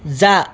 जा